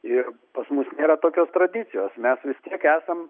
ir pas mus nėra tokios tradicijos mes vis tiek esam